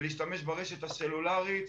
ולהשתמש ברשת הסלולרית.